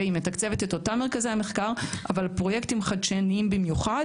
היא מתקצבת את אותם מרכזי המחקר אבל פרויקטים חדשניים במיוחד